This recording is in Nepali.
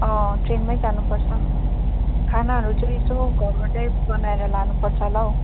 अँ ट्रेनमै जानुपर्छ खानाहरू चाहिँ यसो घरबाटै बनाएर लानुपर्छ होला हौ